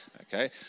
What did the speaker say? Okay